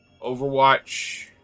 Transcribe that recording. Overwatch